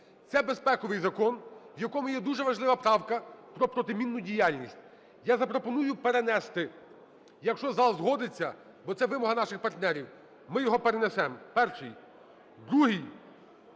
Це безпековий закон, в якому є дуже важлива правка про протимінну діяльність. Я запропоную перенести, якщо зал згодиться, бо це вимога наших партнерів. Ми його перенесемо. Перший. Другий.